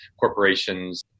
corporations